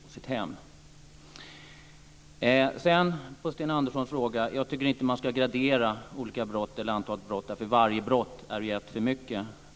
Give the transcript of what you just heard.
På Sten Anderssons fråga vill jag svara att jag inte tycker att man ska gradera olika brott eller antalet brott. Varje brott är ju ett för mycket.